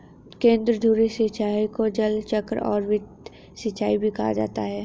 केंद्रधुरी सिंचाई को जलचक्र और वृत्त सिंचाई भी कहा जाता है